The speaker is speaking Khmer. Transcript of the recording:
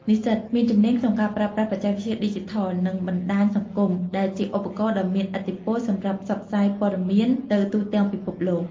និស្សិតមានជំនាញក្នុងការប្រើប្រាស់បច្ចេកវិទ្យាឌីជីថល និងបណ្ដាញសង្គម ដែលជាឧបករណ៍ដ៏មានឥទ្ធិពលសម្រាប់ផ្សព្វផ្សាយព័ត៌មានទៅទូទាំងពិភពលោក។